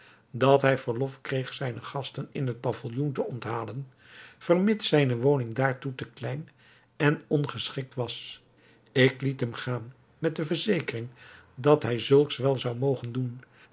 dat hij verlof kreeg zijne gasten in het pavilloen te onthalen vermits zijne woning daartoe te klein en ongeschikt was ik liet hem gaan met de verzekering dat hij zulks wel zou mogen doen